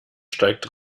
steigt